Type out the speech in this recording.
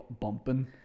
bumping